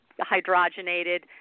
hydrogenated